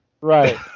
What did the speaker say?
Right